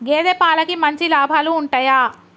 గేదే పాలకి మంచి లాభాలు ఉంటయా?